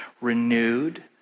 renewed